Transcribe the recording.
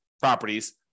properties